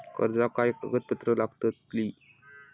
कर्जाक काय कागदपत्र लागतली?